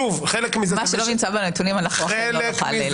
מה שלא נמצא בנתונים, אכן לא נוכל לתת.